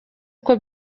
uko